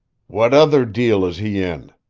what other deal is he in?